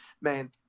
Man